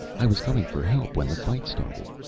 i was coming for help when the fight started.